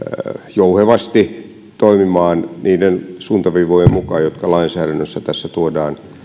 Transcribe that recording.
jouhevasti toimimaan niiden suuntaviivojen mukaan jotka lainsäädännössä tuodaan